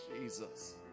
Jesus